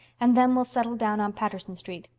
and then we'll settle down on patterson street.